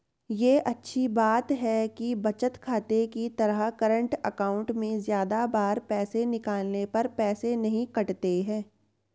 ये अच्छी बात है कि बचत खाते की तरह करंट अकाउंट में ज्यादा बार पैसे निकालने पर पैसे नही कटते है